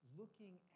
looking